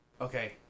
Okay